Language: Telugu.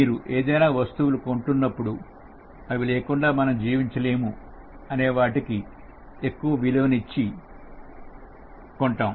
మీరు ఏదైనా వస్తువులు కుంటున్నప్పుడు అవి లేకుండా మనం జీవించే లేము అనే వాటికి ఎక్కువ విలువ ఇచ్చి విలువైనవి కొంటాము